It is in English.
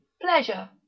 pleasure